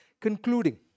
Concluding